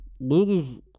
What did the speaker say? movies